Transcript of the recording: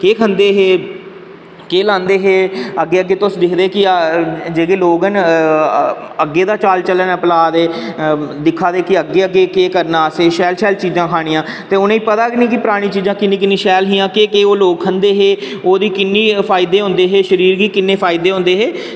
केह् खंदे हे केह् लांदे हे अग्गै अग्गै तुस दिखदे हे की जेह्के लोग न ते अग्गें चाल चलन चला दे ते दिक्खा दे अग्गें अग्गें केह् करना असें शैल शैल चीज़ां खानियां ते उनें ई पता की परानी परानी चीज़ां किन्नियां शैल हियां की केह् केह् ओह् लोक खंदे हे ओह्दे किन्ने फायदे होंदे हे शरीर गी किन्ने फायदे होंदे हे